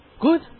Good